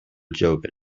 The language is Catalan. jove